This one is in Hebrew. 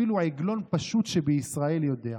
אפילו עגלון פשוט שבישראל יודע: